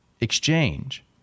exchange